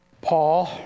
Paul